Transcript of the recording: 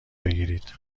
بگیرید